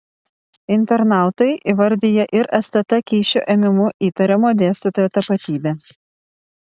internautai įvardija ir stt kyšio ėmimu įtariamo dėstytojo tapatybę